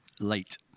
late